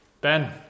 Ben